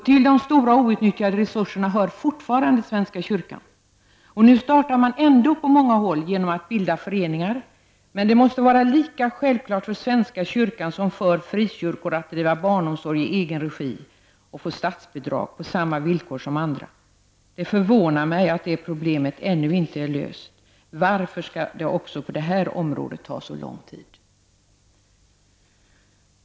Till de stora outnyttjade resurserna hör fortfarande svenska kyrkan. Nu startar man ändå på många håll genom att bilda föreningar. Men det måste vara lika självklart för svenska kyrkan som för frikyrkor att driva omsorg i egen regi och få statsbidrag på samma villkor som andra. Det förvånar mig att problemet ännu inte är löst. Varför skall det också på detta område ta så lång tid?